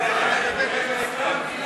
השר אלקין,